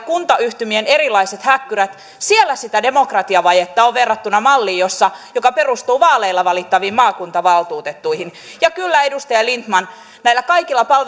kuntayhtymien erilaisissa häkkyrissä sitä demokratiavajetta on verrattuna malliin joka perustuu vaaleilla valittaviin maakuntavaltuutettuihin ja kyllä edustaja lindtman näillä kaikilla